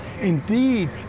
indeed